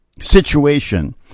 situation